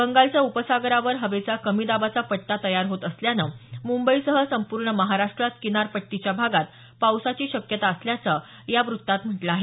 बंगालच्या उपसागरावर हवेचा कमी दाबाचा पट्टा तयार होत असल्यानं मुंबईसह संपूर्ण महाराष्ट्रात किनारपट्टीच्या भागात पावसाची शक्यता असल्याचं या व्त्तात म्हटलं आहे